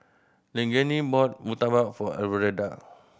Leilani bought murtabak for Alverda